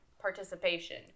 participation